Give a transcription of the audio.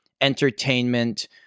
entertainment